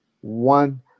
one